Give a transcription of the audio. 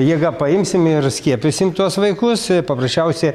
jėga paimsim ir skiepysim tuos vaikus paprasčiausiai